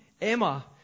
Emma